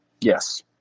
Yes